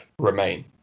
Remain